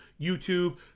youtube